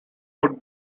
would